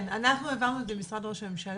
אנחנו העברנו את זה למשרד ראש הממשלה.